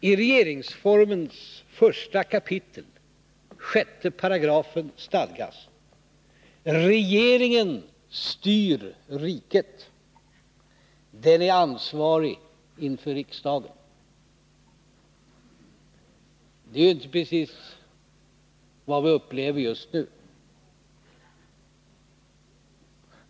I regeringsformen 1 kap 6§ stadgas: ”Regeringen styr riket. Den är ansvarig inför riksdagen.” Det är inte precis vad vi upplever just nu.